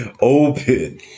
open